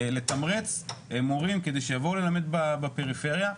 לתמרץ מורים כדי שיבואו ללמד בפריפריה,